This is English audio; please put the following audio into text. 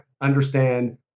understand